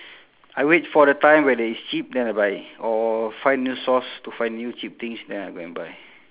I wait for the time where there is cheap then I buy or find new source to find new cheap things then I go and buy